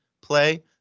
play